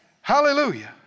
Hallelujah